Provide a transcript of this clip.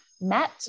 met